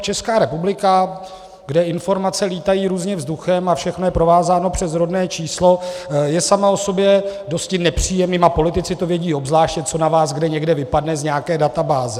Česká republika, kde informace lítají různě vzduchem a všechno je provázáno přes rodné číslo, je sama o sobě dosti nepříjemným, a politici to vědí obzvlášť, co na vás kde někde vypadne z nějaké databáze.